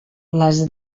les